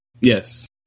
yes